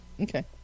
Okay